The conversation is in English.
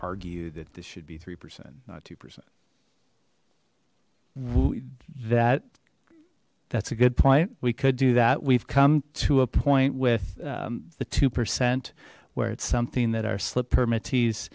argue that this should be three percent not two percent that that's a good point we could do that we've come to a point with the two percent where it's something that our slip permit